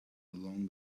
along